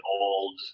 old